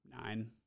nine